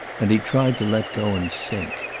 and he tried to let go and sink.